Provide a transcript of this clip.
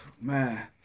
man